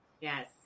Yes